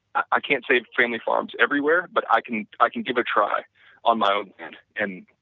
i can't save family farms everywhere, but i can i can give a try on my own land, and